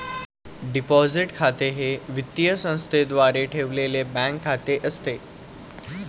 deposit खाते हे वित्तीय संस्थेद्वारे ठेवलेले बँक खाते असते